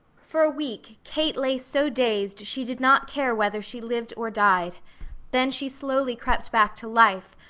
for a week, kate lay so dazed she did not care whether she lived or died then she slowly crept back to life,